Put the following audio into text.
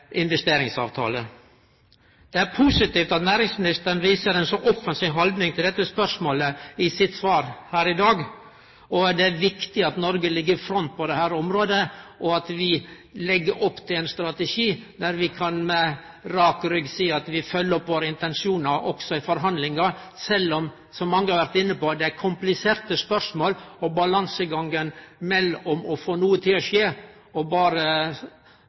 er positivt at næringsministeren viser ei så offensiv haldning til dette spørsmålet i sitt svar her i dag, og det er viktig at Noreg ligg i front på dette området, og at vi legg opp til ein strategi der vi med rak rygg kan seie at vi følgjer opp våre intensjonar også i forhandlingar, sjølv om – som mange har vore inne på – det er kompliserte spørsmål, og balansegangen mellom å få noko til å skje og